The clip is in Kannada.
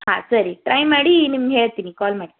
ಹಾಂ ಸರಿ ಟ್ರೈ ಮಾಡಿ ನಿಮ್ಗೆ ಹೇಳ್ತೀನಿ ಕಾಲ್ ಮಾಡ್ತೀನಿ